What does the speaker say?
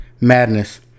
madness